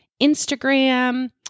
Instagram